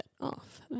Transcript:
off